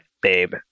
Babe